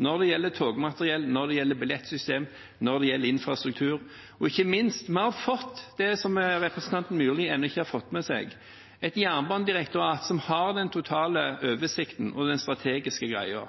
når det gjelder togmateriell, billettsystem og infrastruktur. Og ikke minst har vi fått det som representanten Myrli ennå ikke har fått med seg: et jernbanedirektorat som har den totale oversikten og den strategiske greia.